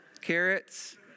carrots